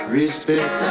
Respect